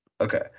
Okay